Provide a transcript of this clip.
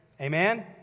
Amen